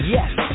Yes